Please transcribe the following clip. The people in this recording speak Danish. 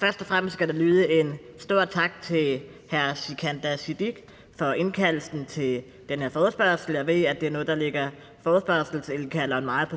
Først og fremmest skal der lyde en stor tak til hr. Sikandar Siddique for indkaldelsen til den her forespørgsel. Jeg ved, det er noget, der ligger ordføreren for forespørgerne meget